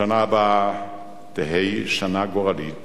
השנה הבאה תהא שנה גורלית